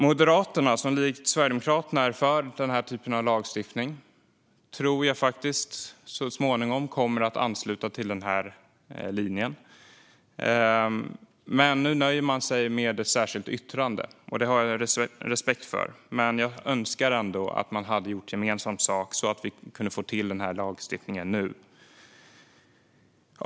Moderaterna, som likt Sverigedemokraterna är för den här typen av lagstiftning, tror jag faktiskt så småningom kommer att ansluta till den här linjen. Nu nöjer man sig med ett särskilt yttrande. Det har jag respekt för, men jag önskar ändå att vi hade kunnat göra gemensam sak så att vi hade kunnat få till den här lagstiftningen nu.